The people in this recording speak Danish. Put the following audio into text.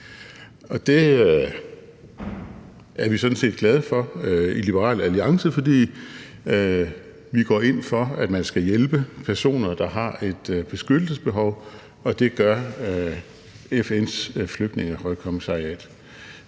set glade for i Liberal Alliance, for vi går ind for, at man skal hjælpe personer, der har et beskyttelsesbehov, og det gør FN's Flygtningehøjkommissariat.